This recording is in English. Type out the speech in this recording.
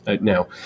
Now